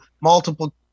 multiple